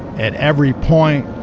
at every point,